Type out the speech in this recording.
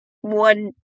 one